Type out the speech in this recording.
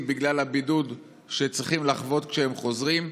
בגלל הבידוד שהם צריכים לחוות כשהם חוזרים,